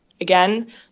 again